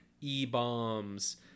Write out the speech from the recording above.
e-bombs